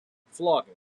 flogging